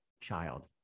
child